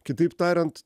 kitaip tariant